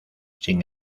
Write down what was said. sin